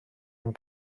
mewn